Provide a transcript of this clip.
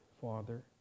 father